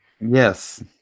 Yes